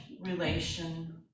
relation